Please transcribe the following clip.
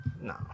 No